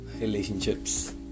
relationships